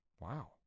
Wow